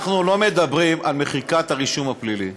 אנחנו לא מדברים על מחיקת הרישום הפלילי,